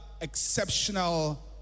exceptional